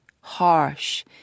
harsh